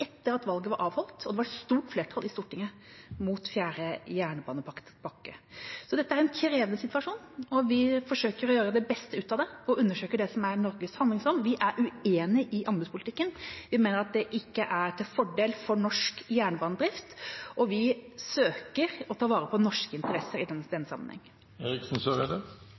etter at valget var avholdt, og det var stort flertall i Stortinget mot fjerde jernbanepakke. Så dette er en krevende situasjon, og vi forsøker å gjøre det beste ut av det og undersøker hva vi kan samles om. Vi er uenig i anbudspolitikken. Vi mener at den ikke er til fordel for norsk jernbanedrift, og vi søker å ta vare på norske bedrifter i den sammenheng. Den